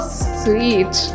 sweet